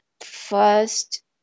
first